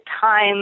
time